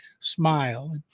smile